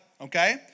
Okay